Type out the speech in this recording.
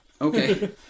Okay